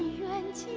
good